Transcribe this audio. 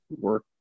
work